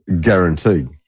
Guaranteed